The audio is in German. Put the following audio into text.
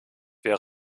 wir